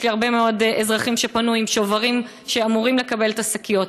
יש הרבה מאוד אזרחים שפנו עם שוברים לקבל את השקיות.